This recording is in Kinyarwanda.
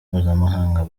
mpuzamahanga